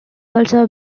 also